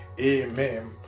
amen